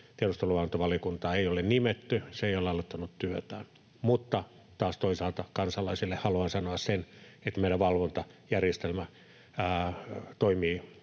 tiedusteluvalvontavaliokuntaa ei ole nimetty, se ei ole aloittanut työtään, mutta taas toisaalta kansalaisille haluan sanoa sen, että meidän valvontajärjestelmä toimii